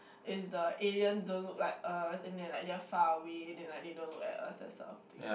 is the aliens don't look like us and like they are faraway then they don't look at us that sort of thing